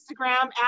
Instagram